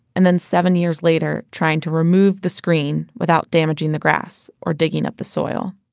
and then seven years later trying to remove the screen without damaging the grass or digging up the soil